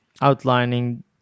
outlining